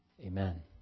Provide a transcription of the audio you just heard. Amen